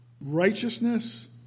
righteousness